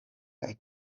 kaj